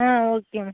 ah okay ma'am